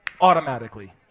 automatically